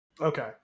Okay